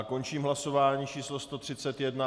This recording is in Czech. Končím hlasování číslo 131.